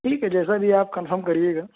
ٹھیک ہے جیسا بھی آپ کنفرم کریے گا